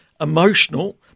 emotional